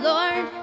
Lord